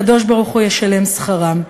הקדוש-ברוך-הוא ישלם שכרם.